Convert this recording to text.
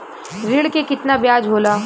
ऋण के कितना ब्याज होला?